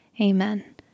Amen